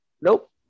Nope